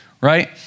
right